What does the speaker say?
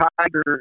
Tiger